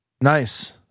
Nice